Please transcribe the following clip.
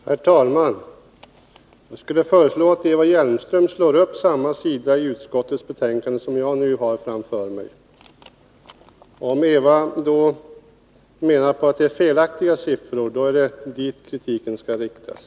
Herr talman! Jag föreslår att Eva Hjelmström slår upp s. 12 i utskottets betänkande, samma sida som jag har framför mig. Om Eva Hjelmström menar att det är felaktiga siffror som står där, är det mot utskottet kritiken skall riktas.